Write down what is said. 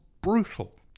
brutal